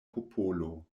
popolo